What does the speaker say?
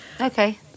Okay